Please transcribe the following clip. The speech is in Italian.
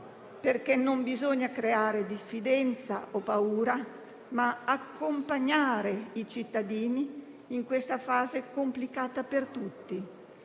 perché non bisogna creare diffidenza o paura, ma accompagnare i cittadini in questa fase complicata per tutti